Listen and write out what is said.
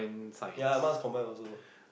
ya mine was combined also